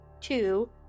two